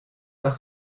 par